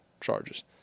charges